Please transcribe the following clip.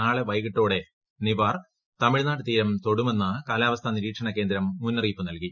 നാളെ വൈകിട്ടോടെ നിവാർ തമിഴ്നാട്ട് ക്ടീരം തൊടുമെന്ന് കാലാവസ്ഥാ നിരീക്ഷണ കേന്ദ്രം മൂന്റിറ്റിയിപ്പ് നൽകി